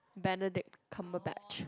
Benedict Cumberbatch